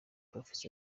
prof